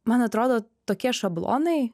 man atrodo tokie šablonai